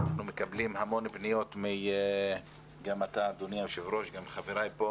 אנחנו מקבלים המון פניות גם אתה אדוני היושב ראש וגם חבריי כאן